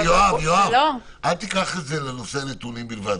יואב, אל תיקח את זה לנושא הנתונים בלבד.